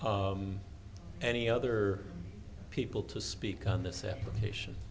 see any other people to speak on this application